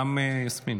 גם יסמין.